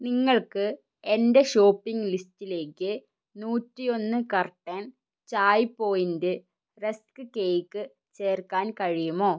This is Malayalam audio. നിങ്ങൾക്ക് എന്റെ ഷോപ്പിംഗ് ലിസ്റ്റിലേക്ക് നൂറ്റി ഒന്ന് carton Chai Point rusk cake ചേർക്കാൻ കഴിയുമോ